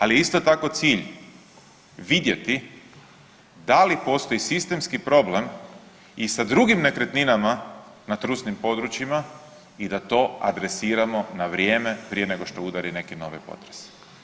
Ali je isto tako cilj vidjeti da li postoji sistemski problem i sa drugim nekretninama na trusnim područjima i da to adresiramo na vrijeme prije nego što udari neki novi potres.